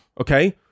Okay